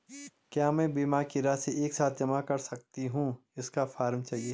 क्या मैं बीमा की राशि एक साथ जमा कर सकती हूँ इसका फॉर्म चाहिए?